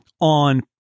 on